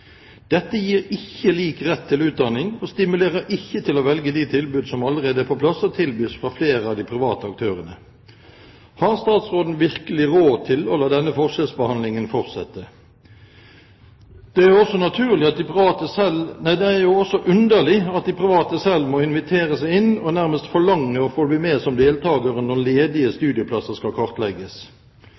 Dette gir ikke lik rett til utdanning, og stimulerer ikke til å velge de tilbud som allerede er på plass og tilbys fra flere av de private aktørene. Har statsråden virkelig råd til å la denne forskjellsbehandlingen fortsette? Det er også underlig at de private selv må invitere seg inn og nærmest forlange å få bli med som deltakere når ledige studieplasser skal kartlegges.